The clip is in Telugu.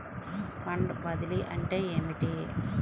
ఫండ్ బదిలీ అంటే ఏమిటి?